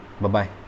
Bye-bye